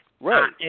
Right